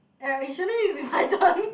eh actually my turn